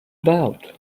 about